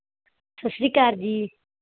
ਸਤਿ ਸ਼੍ਰੀ ਅਕਾਲ ਜੀ